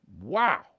Wow